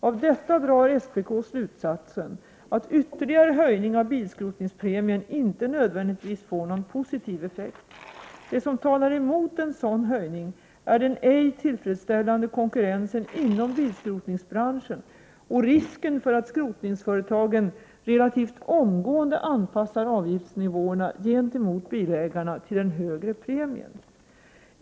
Av detta drar SPK slutsatsen att ytterligare höjning av bilskrotningspremien inte nödvändigtvis får någon positiv effekt. Det som talar emot en sådan höjning är den ej tillfredsställande konkurrensen inom bilskrotningsbranschen och risken för att skrotningsföretagen relativt omgående anpassar avgiftsnivåerna gentemot bilägarna till den högre premien.